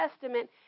Testament